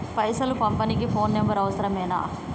పైసలు పంపనీకి phone number అవసరమేనా?